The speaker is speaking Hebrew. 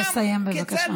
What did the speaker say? תסיים, בבקשה.